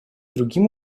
другим